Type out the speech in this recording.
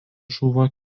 žuvo